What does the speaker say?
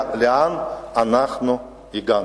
לאן אנחנו הגענו?